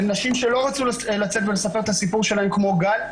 של נשים שלא רצו לצאת ולספר את הסיפור שלהן כמו גל,